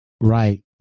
right